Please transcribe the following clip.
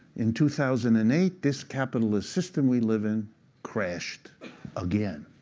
in two thousand and eight, this capitalist system we live in crashed again.